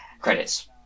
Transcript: Credits